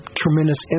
tremendous